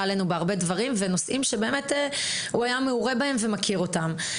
עלינו בהרבה דברים ונושאים שבאמת הוא היה מעורה בהם ומכיר אותם.